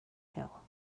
hill